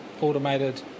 automated